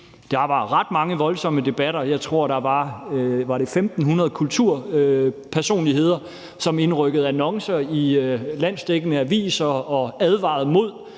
Der var ret mange voldsomme debatter. Jeg tror, der var 1.500 kulturpersonligheder, som indrykkede annoncer i landsdækkende aviser og advarede mod,